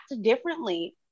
differently